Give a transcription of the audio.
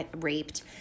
raped